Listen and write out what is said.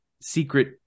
secret